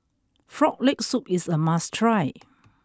frog leg soup is a must try